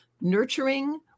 nurturing